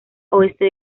oeste